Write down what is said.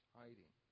hiding